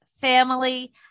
family